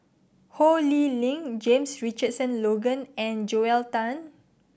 Ho Lee Ling James Richardson Logan and Joel Tan